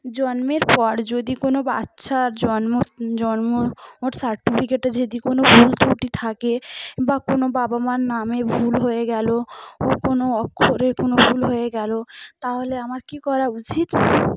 জন্মের পর যদি কোনো বাচ্চার জন্ম জন্ম ওর সার্টিফিকেটে যদি কোনো ভুল ত্রুটি থাকে বা কোনো বাবা মার নামে ভুল হয়ে গেল ও কোনো অক্ষরের কোনো ভুল হয়ে গেল তাহলে আমার কী করা উচিত